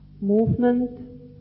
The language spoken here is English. movement